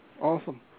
awesome